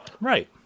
Right